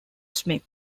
smith